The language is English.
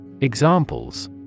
Examples